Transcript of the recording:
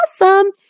awesome